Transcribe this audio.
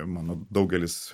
mano daugelis